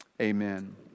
Amen